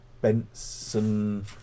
Benson